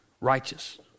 righteous